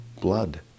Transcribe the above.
blood